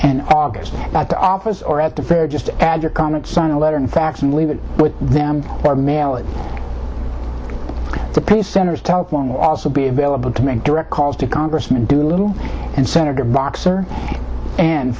and august at the office or at the fair just add your comment sign a letter and fax and leave it with them or mail it to pay center's telephone will also be available to make direct calls to congressmen do little and senator boxer and